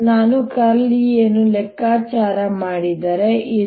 ನಾನು E ಅನ್ನು ಲೆಕ್ಕಾಚಾರ ಮಾಡಿದರೆ ಇದು